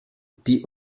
die